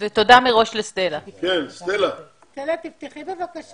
לפני שבוע התקבלה החלטה בכלל לגבי סטודנטים ובני